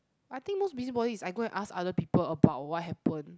I think most busybody is I go and ask other people about what happen